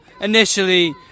initially